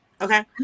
Okay